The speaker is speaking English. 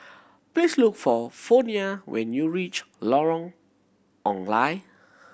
please look for Fronia when you reach Lorong Ong Lye